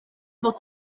fod